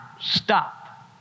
stop